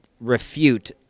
refute